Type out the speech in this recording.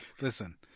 Listen